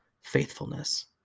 faithfulness